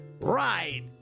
right